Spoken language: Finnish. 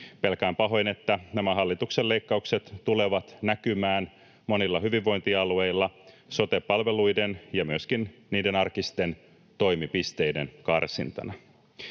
Pelkään pahoin, että nämä hallituksen leikkaukset tulevat näkymään monilla hyvinvointialueilla sote-palveluiden ja myöskin niiden arkisten toimipisteiden karsintana.